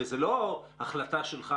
הרי זאת לא החלטה שלך,